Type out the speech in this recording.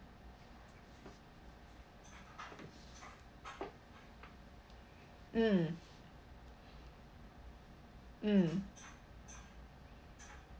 mm mm